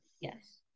Yes